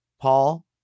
Paul